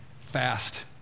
Fast